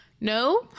no